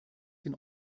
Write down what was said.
den